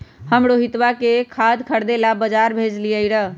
हम रोहितवा के खाद खरीदे ला बजार भेजलीअई र